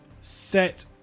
set